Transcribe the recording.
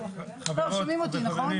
טוב, שומעים אותי, נכון?